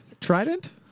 Trident